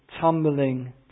tumbling